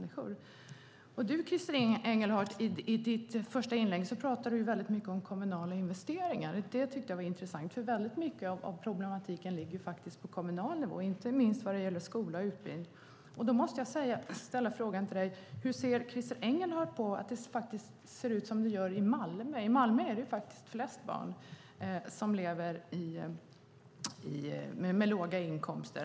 I ditt första inlägg pratade du mycket om kommunala investeringar. Det tyckte jag var intressant. Mycket av problematiken ligger ju på kommunal nivå. Det gäller inte minst skola och utbildning. Hur ser Christer Engelhardt på att det ser ut som det gör i Malmö? I Malmö har vi det största antalet barn som lever i familjer med låga inkomster.